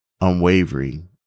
unwavering